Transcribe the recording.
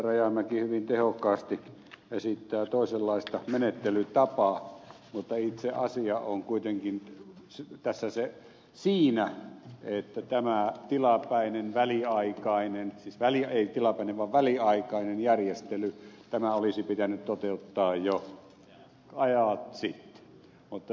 rajamäki hyvin tehokkaasti esittää toisenlaista menettelytapaa mutta itse asia on kuitenkin siinä että tämä on tilapäinen väliaikainen väli heikkilä on väliaikainen järjestely olisi pitänyt toteuttaa jo ajat sitten